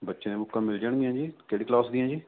ਬੱਚਿਆਂ ਦੀਆਂ ਬੁੱਕਾ ਮਿਲ ਜਾਣਗੀਆਂ ਜੀ ਕਿਹੜੀ ਕਲਾਸ ਦੀਆਂ ਜੀ